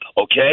okay